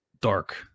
dark